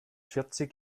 vierzig